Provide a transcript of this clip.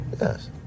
Yes